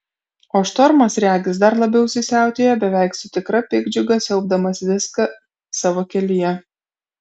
o štormas regis dar labiau įsisiautėjo beveik su tikra piktdžiuga siaubdamas viską savo kelyje